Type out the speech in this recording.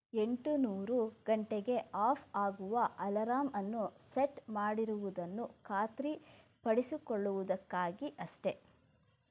ಎಂಟು ನೂರು ಗಂಟೆಗೆ ಆಫ್ ಆಗುವ ಅಲರಾಂ ಅನ್ನು ಸೆಟ್ ಮಾಡಿರುವುದನ್ನು ಖಾತ್ರಿಪಡಿಸಿಕೊಳ್ಳುವುದಕ್ಕಾಗಿ ಅಷ್ಟೆ